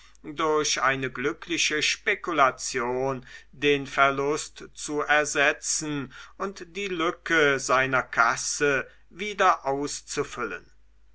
durch eine glückliche spekulation den verlust zu ersetzen und die lücke seiner kasse wieder auszufüllen